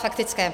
Faktické.